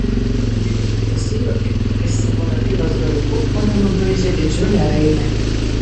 lilita nusijuokė ir savo rapyros galiuku ore nubraižė didžiulę raidę